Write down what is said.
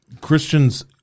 Christians